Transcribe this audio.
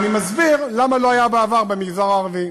הרי אני מסביר למה לא היה בעבר במגזר הערבי.